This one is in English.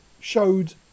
showed